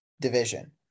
division